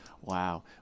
wow